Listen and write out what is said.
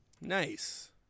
Nice